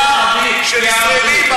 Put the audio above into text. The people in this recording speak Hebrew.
אתם עושים את זה,